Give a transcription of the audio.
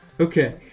Okay